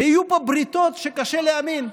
ויהיו פה בריתות שקשה להאמין.